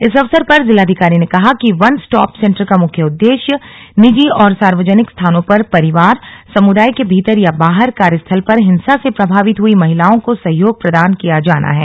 इस अवसर पर जिलाधिकारी ने कहा कि वन स्टॉप सेन्टर का मुख्य उद्देश्य निजी और सार्वजनिक स्थानो पर परिवार समुदाय के भीतर या बाहर कार्यस्थल पर हिंसा से प्रभावित हुई महिलाओं को सहयोग प्रदान किया जाना है